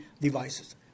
devices